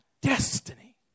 destiny